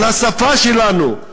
על השפה שלנו,